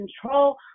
control